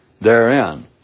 therein